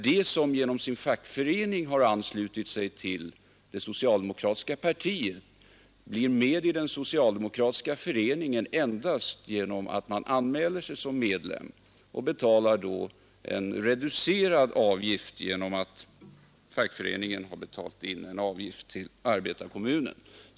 De som genom sin fackförening har anslutit sig till det socialdemokratiska partiet blir med i den socialdemokratiska föreningen endast genom att de anmäler sig som medlemmar, och de betalar då en reducerad avgift eftersom fackföreningen betalat in en avgift till arbetarkommunen.